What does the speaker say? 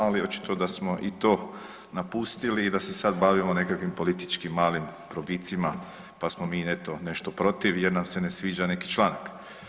Ali očito da smo i to napustili i da se sad bavimo nekakvim političkim malim probicima pa smo mi eto nešto protiv jer nam se ne sviđa neki članak.